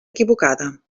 equivocada